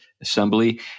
Assembly